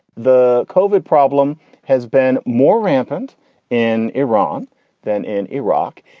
the kovik problem has been more rampant in iran than in iraq,